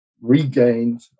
regained